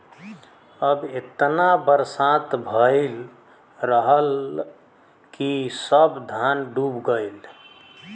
अब एतना बरसात भयल रहल कि सब धान डूब गयल